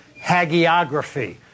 hagiography